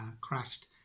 crashed